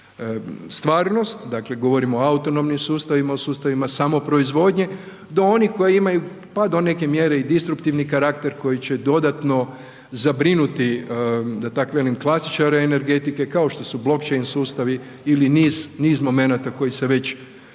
već stvarnost, dakle govorimo o autonomnim sustavima, o sustavima samoproizvodnje do onih koji imaju pa do neke mjere i destruktivni karakter koji će dodatno zabrinuti da tak velim, klasičare energetike kao što su.../Govornik se ne razumije./... sustavi ili niz momenata o kojima se već